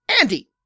Andy